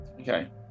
Okay